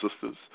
sisters